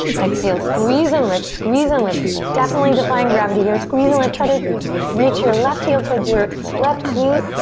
exhale, squeeze and lift, squeeze and lift. definitely defying gravity here. squeeze and lift. try to reach your left heel towards your left glute.